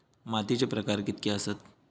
मातीचे प्रकार कितके आसत?